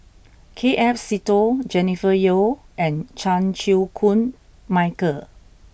K F Seetoh Jennifer Yeo and Chan Chew Koon Michael